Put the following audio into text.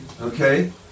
okay